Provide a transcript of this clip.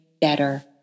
better